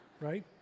Right